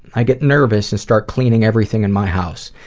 i get nervous and start cleaning everything in my house.